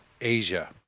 Asia